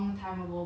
very hard job